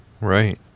Right